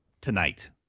tonight